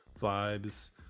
vibes